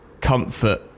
comfort